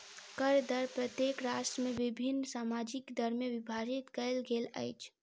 कर दर प्रत्येक राष्ट्र में विभिन्न सामाजिक दर में विभाजित कयल गेल अछि